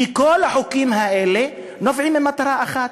כי כל החוקים האלה נובעים ממטרה אחת,